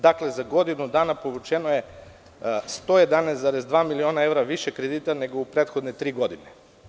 Dakle, za godinu dana povučeno je 111,2 miliona evra više kredita nego u prethodne tri godine.